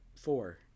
four